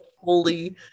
holy